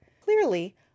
Clearly